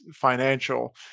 financial